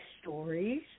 stories